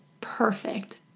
perfect